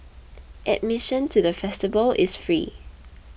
admission to the festival is free